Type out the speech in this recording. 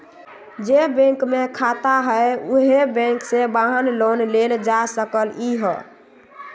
जे बैंक में खाता हए उहे बैंक से वाहन लोन लेल जा सकलई ह